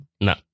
No